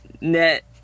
net